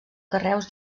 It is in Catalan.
carreus